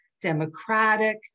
democratic